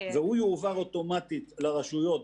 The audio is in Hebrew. והוא יועבר אוטומטית לרשויות,